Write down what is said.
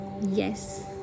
Yes